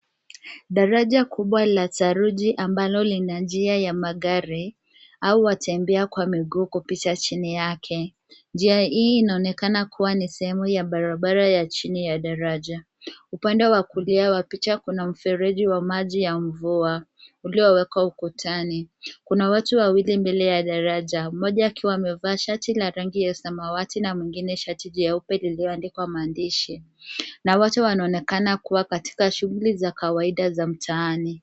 Daraja kubwa la saruji ambalo lina njia ya magari au watembea kwa mguu kupita chini yake. Njia hii inaonekana kuwa ni sehemu ya barabara ya chini ya daraja. Upande wa kulia wa picha kuna mfereji wa maji ya mvua uliowekwa ukutani. Kuna watu wawili mbele ya daraja mmoja akiwa amevaa shati la rangi ya samawati na mwingine shati jeupe lilioandikwa maandishi na wote wanaonekana kuwa katika shughuli za kawaida za mtaani.